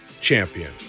Champion